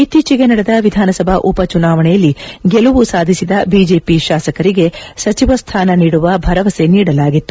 ಇತ್ತೀಚೆಗೆ ನಡೆದ ವಿಧಾನಸಭಾ ಉಪಚುಣಾವಣೆಯಲ್ಲಿ ಗೆಲುವು ಸಾಧಿಸಿದ ಬಿಜೆಪಿ ಶಾಸಕರಿಗೆ ಸಚಿವ ಸ್ಥಾನ ನೀಡುವ ಭರವಸೆ ನೀಡಲಾಗಿತ್ತು